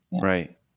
right